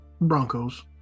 Broncos